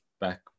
back